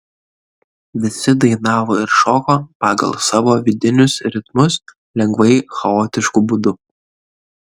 visi dainavo ir šoko pagal savo vidinius ritmus lengvai chaotišku būdu